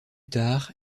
tard